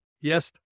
Yes